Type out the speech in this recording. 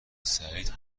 سعید